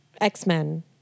X-Men